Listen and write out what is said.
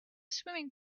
swimming